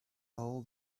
all